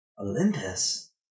olympus